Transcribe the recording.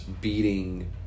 beating